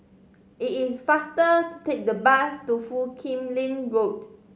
it is faster to take the bus to Foo Kim Lin Road